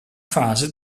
fase